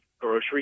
grocery